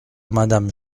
madame